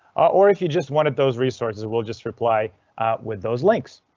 or if you just wanted those resources, we'll just reply with those links.